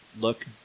look